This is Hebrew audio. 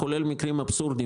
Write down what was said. כולל מקרים אבסורדיים.